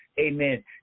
Amen